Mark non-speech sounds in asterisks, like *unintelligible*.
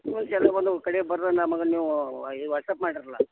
ನೀವು ಒಂದು ಕೆಲ್ಸ *unintelligible* ಒಂದು ಕಡೆ ಬರ್ದು ನಮಗೆ ನೀವು ಈ ವಾಟ್ಸ್ಆ್ಯಪ್ ಮಾಡ್ರ್ಯಲ